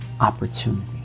opportunity